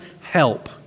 help